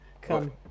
come